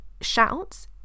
shouts